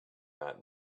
that